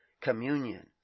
communion